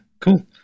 Cool